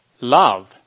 love